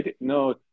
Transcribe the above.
no